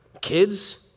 kids